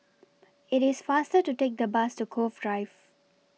IT IS faster to Take The Bus to Cove Drive